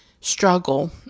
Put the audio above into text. struggle